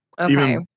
Okay